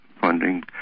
funding